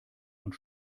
und